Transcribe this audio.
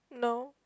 no